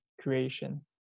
creation